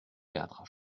quatre